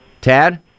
tad